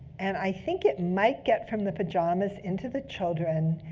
and i think it might get from the pajamas into the children,